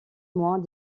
moins